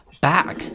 back